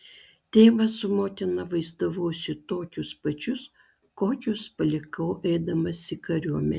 tėvą su motina vaizdavausi tokius pačius kokius palikau eidamas į kariuomenę